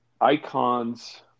icons